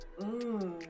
Mmm